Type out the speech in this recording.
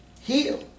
Heal